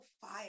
fire